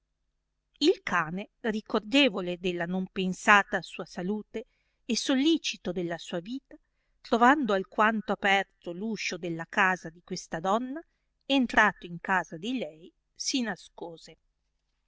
il cane ricordevole della non pensata sua salute e sollicito della sua vita trovando alquanto aperto l uscio della casa di questa donna entrato in casa di lei si nascose